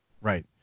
Right